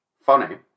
funny